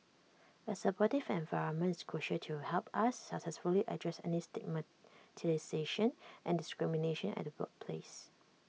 A supportive environment is crucial to help us successfully address any stigmatisation and discrimination at the workplace